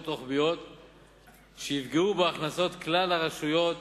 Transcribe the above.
רוחביות שיפגעו בהכנסות של כלל הרשויות